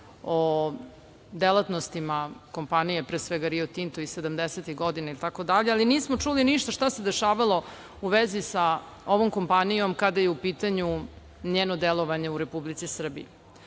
o delatnostima kompanije pre svega Rio Tinto iz 70-tih godina itd. ali nismo čuli ništa šta se dešavalo u vezi sa ovom kompanijom kada je u pitanju njeno delovanje u Republici Srbiji. Ono